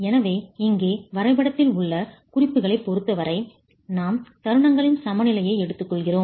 எனவே இங்கே வரைபடத்தில் உள்ள குறிப்புகளைப் பொறுத்தவரை நாம் தருணங்களின் சமநிலையை எடுத்துக்கொள்கிறோம்